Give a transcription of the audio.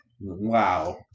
wow